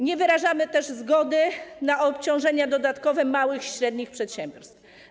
Nie wyrażamy też zgody na obciążenia dodatkowe małych i średnich przedsiębiorstw.